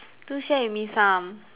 do share with me some